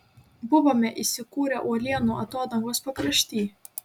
buvome įsikūrę uolienų atodangos pakrašty